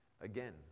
again